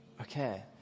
Okay